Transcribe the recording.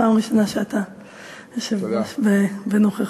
פעם ראשונה שאתה יושב-ראש בנוכחותי.